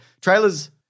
trailers